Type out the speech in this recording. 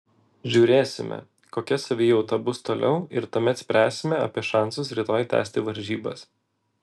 žiūrėsime kokia savijauta bus toliau ir tuomet spręsime apie šansus rytoj tęsti varžybas